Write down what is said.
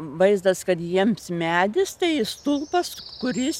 vaizdas kad jiems medis tai stulpas kuris